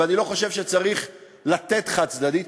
ואני לא חושב שצריך לתת חד-צדדית.